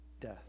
death